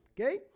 Okay